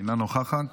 אינה נוכחת.